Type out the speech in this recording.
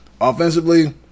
offensively